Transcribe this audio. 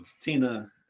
Tina